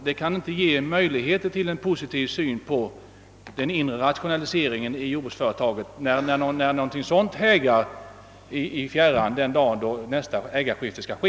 Det ger inte möjligheter till en positiv syn på den inre rationaliseringen av jordbruksföretagen, om någonting sådant skymtar i fjärran när ett ägarskifte skall ske.